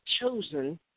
chosen